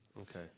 Okay